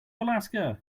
alaska